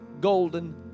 golden